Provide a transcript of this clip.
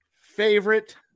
favorite